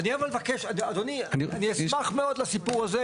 אדוני אני אשמח מאוד לסיפור הזה,